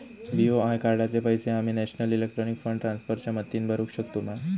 BOI कार्डाचे पैसे आम्ही नेशनल इलेक्ट्रॉनिक फंड ट्रान्स्फर च्या मदतीने भरुक शकतू मा?